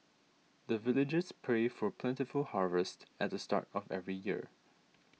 the villagers pray for plentiful harvest at the start of every year